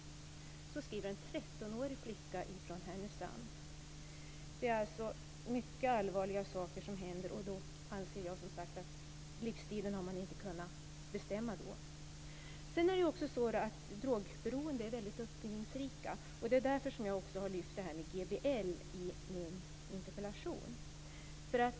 Så skriver en 13-årig flicka från Härnösand. Det är alltså mycket allvarliga saker som händer. Jag anser att man inte har kunnat bestämma livsstilen då. Drogberoende är också väldigt uppfinningsrika. Det är därför jag har lyft fram GBL i min interpellation.